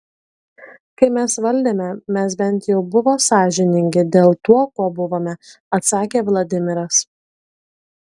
kai mes valdėme mes bent jau buvo sąžiningi dėl tuo kuo buvome atsakė vladimiras